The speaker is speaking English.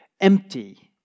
empty